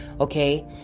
okay